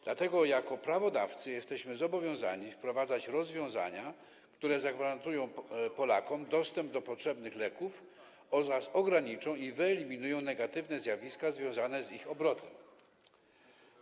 Dlatego jako prawodawcy jesteśmy zobowiązani wprowadzać rozwiązania, które zagwarantują Polakom dostęp do potrzebnych leków oraz ograniczą negatywne zjawiska związane z obrotem nimi.